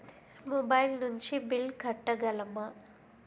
Mobile నుంచి bill కట్టగలమ?